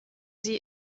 sie